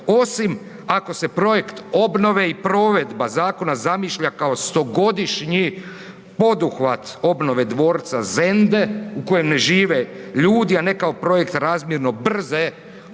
osim ako se projekt obnove i provedba zakona zamišlja kao stogodišnji poduhvat obnove dvorca Zende u kojem ne žive ljudi, a ne kao projekt razmjerno brze